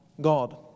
God